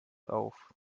auf